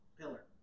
pillar